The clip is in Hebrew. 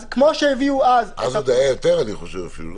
אז עוד היה יותר אפילו, אני חושב.